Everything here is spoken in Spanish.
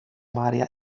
varias